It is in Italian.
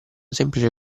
semplice